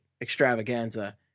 extravaganza